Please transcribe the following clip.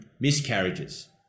miscarriages